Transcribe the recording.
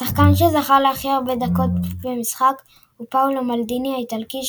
השחקן שזכה להכי הרבה דקות משחק הוא פאולו מלדיני האיטלקי,